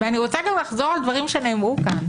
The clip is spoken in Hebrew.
ואני רוצה לחזור גם על דברים שנאמרו כאן,